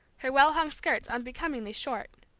her well-hung skirts unbecomingly short.